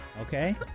okay